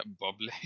Bubbly